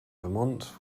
vermont